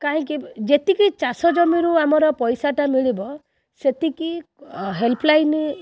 କାହିଁକି ଯେତିକି ଚାଷ ଜମିରୁ ଆମର ପଇସାଟା ମିଳିବ ସେତିକି ହେଲ୍ପ୍ ଲାଇନ୍